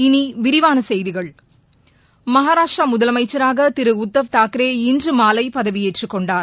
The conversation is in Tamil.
இனிவிரிவானசெய்திகள் மகாராஷ்டிராமுதலமைச்சராகதிருஉத்தவ் தாக்கரே இன்றுமாலைபதவியேற்றுக் கொண்டார்